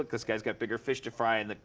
this guy's got bigger fish to fry. and